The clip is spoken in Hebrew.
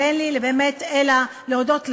ואין לי באמת אלא להודות לך,